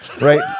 right